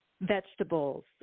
vegetables